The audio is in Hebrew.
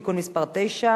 6,